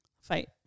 Fight